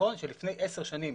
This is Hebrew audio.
נכון שלפני עשר שנים,